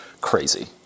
crazy